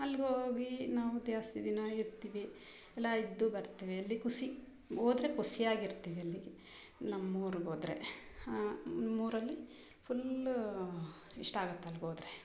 ಅಲ್ಗೆ ಹೋಗಿ ನಾವು ಜಾಸ್ತಿ ದಿನ ಇರ್ತಿವಿ ಎಲ್ಲ ಇದ್ದು ಬರ್ತೀವಿ ಅಲ್ಲಿ ಖುಷಿ ಹೋದರೆ ಖುಷಿಯಾಗ್ ಇರ್ತೀವಿ ಅಲ್ಲಿ ನಮ್ಮ ಊರುಗೋದ್ರೆ ನಮ್ಮ ಊರಲ್ಲಿ ಫುಲ್ಲು ಇಷ್ಟ ಆಗುತ್ತೆ ಅಲ್ಲಿಗೋದ್ರೆ